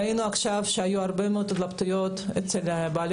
ראינו שהיו הרבה מאוד התלבטויות בקרב בעלי